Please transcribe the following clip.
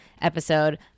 episode